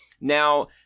Now